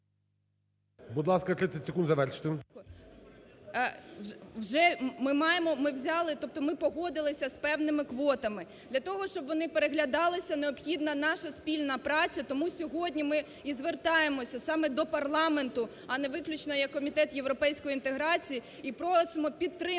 Будь ласка, 30 секунд, завершуйте.